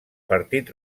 partit